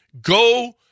Go